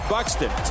Buxton